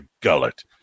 gullet